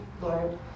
Lord